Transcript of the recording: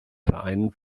vereinen